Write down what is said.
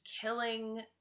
killing